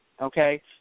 Okay